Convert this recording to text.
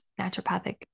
naturopathic